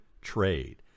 trade